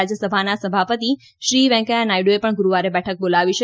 રાજ્યસભાના સભાપતિ શ્રી વેંકૈયાહ નાયડુએ પણ ગુરૂવારે બેઠક બોલાવી છે